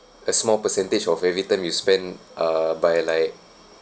a small percentage of every time you spend uh by like